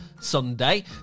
Sunday